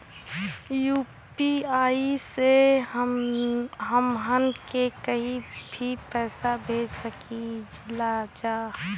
UPI से हमहन के कहीं भी पैसा भेज सकीला जा?